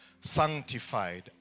sanctified